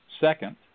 Second